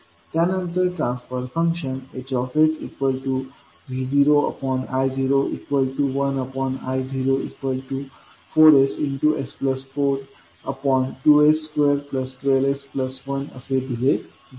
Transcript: त्यानंतर transfer function HsV0I01I04ss42s212s1असे दिले जाईल